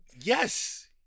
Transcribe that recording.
Yes